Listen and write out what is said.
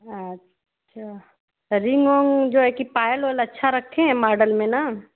अच्छा रिंग ऊँग जो है कि पायल व्यल अच्छा रखें हैं मॉडल में ना